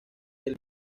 del